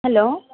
hello